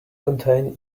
contain